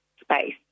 space